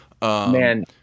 Man